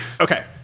Okay